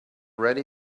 ready